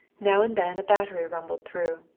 now and then a battery rumbled through,